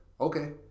okay